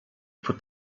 put